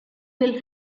will